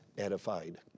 edified